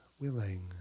willing